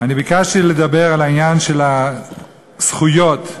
אני ביקשתי לדבר על העניין של זכויות האדם.